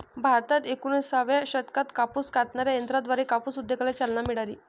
भारतात एकोणिसाव्या शतकात कापूस कातणाऱ्या यंत्राद्वारे कापूस उद्योगाला चालना मिळाली